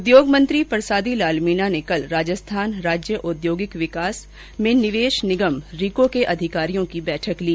उद्योग मंत्री परसादी लाल मीणा ने कल राजस्थान राज्य औद्योगिक विकास एवं निवेश निगम रीको के अधिकारियों की बैठक ली